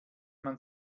man